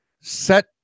set